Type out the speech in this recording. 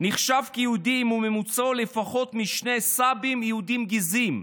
נחשב כיהודי אם הוא במוצאו לפחות משני סבים יהודים גזעיים.